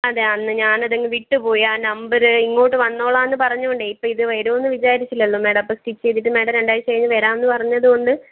അതെ അന്ന് ഞാനതങ്ങ് വിട്ടുപോയി ആ നമ്പര് ഇങ്ങോട്ട് വന്നുകൊളളാം എന്ന് പറഞ്ഞതുകൊണ്ട് ഇപ്പോൾ ഇത് വരുമെന്നു വിചാരിച്ചില്ലല്ലോ മാഡം അപ്പോൾ സ്റ്റിച്ച് ചെയ്തിട്ട് മാഡം രണ്ടാഴ്ച കഴിഞ്ഞു വരാം എന്നു പറഞ്ഞതുകൊണ്ട്